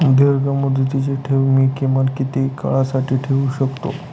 दीर्घमुदतीचे ठेव मी किमान किती काळासाठी ठेवू शकतो?